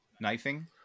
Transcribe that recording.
knifing